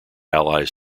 allies